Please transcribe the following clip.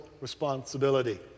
responsibility